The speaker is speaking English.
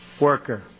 worker